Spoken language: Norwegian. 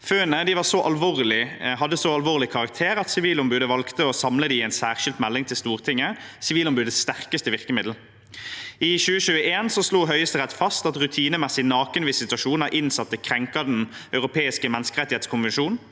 Funnene var av så alvorlig karakter at Sivilombudet valgte å samle dem i en særskilt melding til Stortinget, som er Sivilombudets sterkeste virkemiddel. I 2021 slo Høyesterett fast at rutinemessig nakenvisitasjon av innsatte krenker Den europeiske menneskerettskonvensjon.